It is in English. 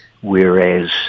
whereas